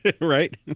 Right